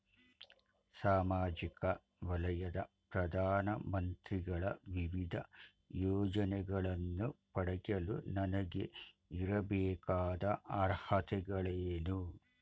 ಸಾಮಾಜಿಕ ವಲಯದ ಪ್ರಧಾನ ಮಂತ್ರಿಗಳ ವಿವಿಧ ಯೋಜನೆಗಳನ್ನು ಪಡೆಯಲು ನನಗೆ ಇರಬೇಕಾದ ಅರ್ಹತೆಗಳೇನು?